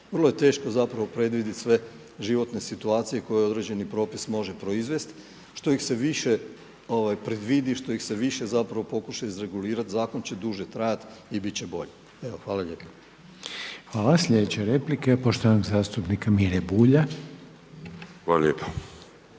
Vrlo je teško zapravo predvidjeti sve životne situacije koje određeni propis može proizvest. Što ih se više predvidi, što ih se više zapravo pokuša izregulirati zakon će duže trajati i bit će bolje. Evo hvala lijepo. **Reiner, Željko (HDZ)** Hvala. Sljedeća replika je poštovanog zastupnika Mire Bulja. **Bulj,